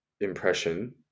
impression